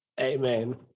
Amen